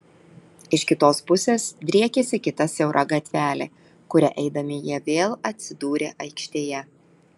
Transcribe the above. iš kitos pusės driekėsi kita siaura gatvelė kuria eidami jie vėl atsidūrė aikštėje